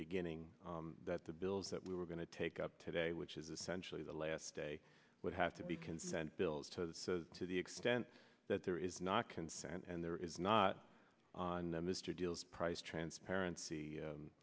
beginning that the bills that we were going to take up today which is essentially the last day would have to be consent bills to the extent that there is not consent and there is not on mr deals price transparency